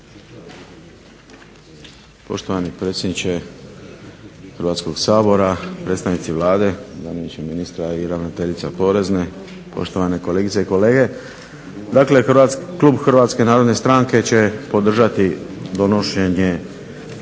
Poštovani predsjedniče Hrvatskog sabora, predstavnici Vlade, zamjeniče ministra, ravnateljice Porezne, poštovane kolegice i kolege. Dakle, Klub HNS-a će podržati donošenje